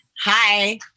Hi